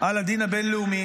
על הדין הבין-לאומי.